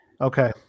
Okay